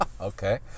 Okay